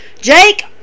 Jake